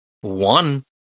one